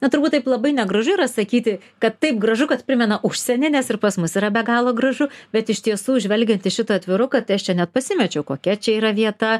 na turbūt taip labai negražu yra sakyti kad taip gražu kad primena užsienį nes ir pas mus yra be galo gražu bet iš tiesų žvelgiant į šitą atviruką tai aš čia net pasimečiau kokia čia yra vieta